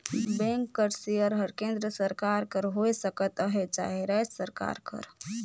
bank कर share हर केन्द्र सरकार कर होए सकत अहे चहे राएज सरकार कर